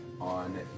on